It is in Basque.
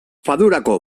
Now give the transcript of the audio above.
fadurako